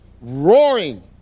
roaring